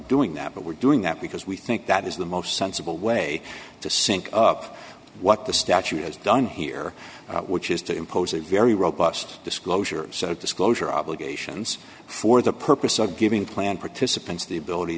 doing that but we're doing that because we think that is the most sensible way to sync up what the statute has done here which is to impose a very robust disclosure set of disclosure obligations for the purpose of giving plan participants the ability